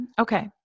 Okay